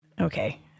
Okay